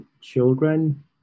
children